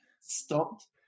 stopped